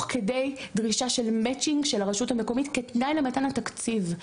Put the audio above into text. כדי דרישה של מצ'ינג של הרשות המקומית כתנאי למתן התקציב,